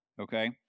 Okay